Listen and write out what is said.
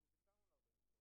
ואם אני מבינה נכון,